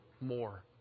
more